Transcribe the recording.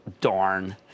darn